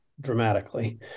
dramatically